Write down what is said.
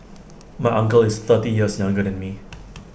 my uncle is thirty years younger than me